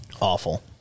Awful